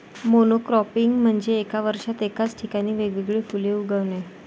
monocropping म्हणजे एका वर्षात एकाच ठिकाणी वेगवेगळी फुले उगवणे